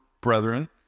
brethren